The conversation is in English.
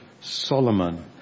Solomon